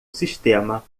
sistema